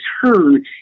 heard